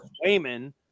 Wayman